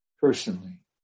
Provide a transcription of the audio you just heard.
personally